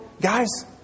guys